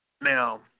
Now